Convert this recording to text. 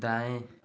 दाएँ